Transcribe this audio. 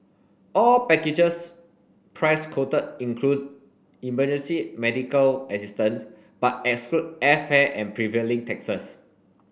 all packages price quoted include emergency medical assistance but exclude airfare and prevailing taxes